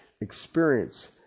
experience